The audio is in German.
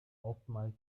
oftmals